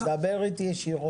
אל תתקשר אליו, דבר איתי ישירות.